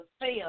fail